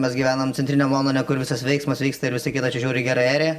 mes gyvenam centriniam londone kur visas veiksmas vyksta ir visai kitą čia žiauriai gerai